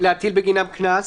להטיל בגינם קנס,